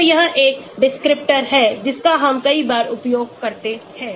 तो यह एक descriptor है जिसका हम कई बार उपयोग करते हैं